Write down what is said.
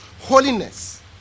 holiness